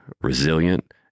resilient